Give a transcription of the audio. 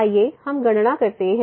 आइए हम गणना करते हैं